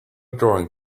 drawing